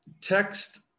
text